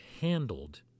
handled